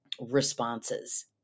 responses